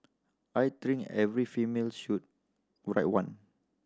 I think every family should write one